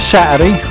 Saturday